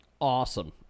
Awesome